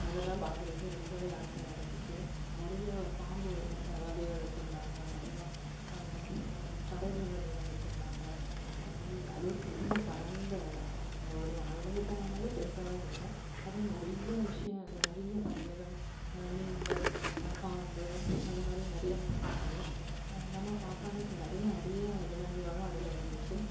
அதெல்லாம் பார்க்குறதுக்கு ரொம்பவே ஆசையாக இருந்துச்சு நிறையா பாம்பு ரி வகைகள் வச்சிருந்தாங்கள் நிறையா அது அந்த பறவை வகைகள் வச்சிருந்தாங்கள் அப்படி அது ஒரு பெரிய பரந்த இடம் ஸூ ஒரு வனவிலங்கு பூங்கானாலே பெருசாக தான் இருக்கும் அதில் நிறைய விஷய நிறைய பறவைகள் மீன்கள் பாம்பு அந்த மாதிரி நிறைய வச்சிருந்தாங்கள் நம்ம பார்க்காத நிறையா அரிய விலங்குகளும் அதில் இருந்துச்சு